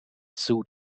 suit